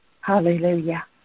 Hallelujah